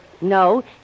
No